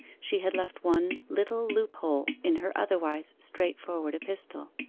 she had left one little loophole in her otherwise straightforward epistle.